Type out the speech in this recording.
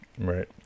right